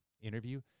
interview